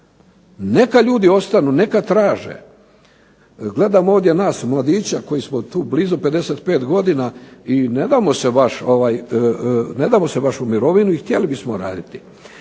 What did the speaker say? Neka ljudi ostanu, neka traže, gledam ovdje nas mladiće koji smo tu blizu 55 godina i ne damo se baš u mirovinu i htjeli bismo raditi.